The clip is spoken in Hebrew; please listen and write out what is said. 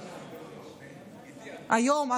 היום,